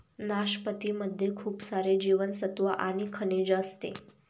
नाशपती मध्ये खूप सारे जीवनसत्त्व आणि खनिज असते